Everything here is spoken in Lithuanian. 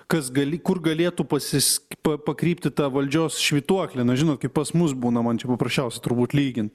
kas gali kur galėtų pasisk pa pakrypti ta valdžios švytuoklė na žinot kaip pas mus būna man čia paprasčiausiai turbūt lygint